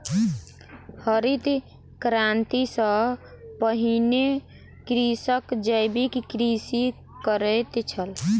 हरित क्रांति सॅ पहिने कृषक जैविक कृषि करैत छल